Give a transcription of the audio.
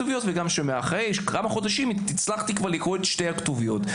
אחרי כמה חודשים הצלחתי לקרוא את שתי הכתוביות.